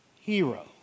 hero